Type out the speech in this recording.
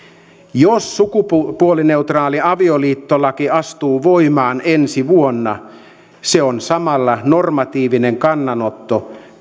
jos sukupuolineutraali avioliittolaki astuu voimaan ensi vuonna se on samalla normatiivinen kannanotto